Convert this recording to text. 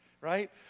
right